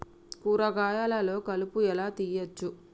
కూరగాయలలో కలుపు ఎలా తీయచ్చు?